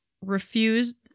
refused